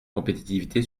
compétitivité